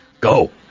Go